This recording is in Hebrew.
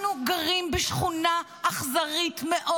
אנחנו גרים בשכונה אכזרית מאוד.